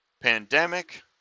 pandemic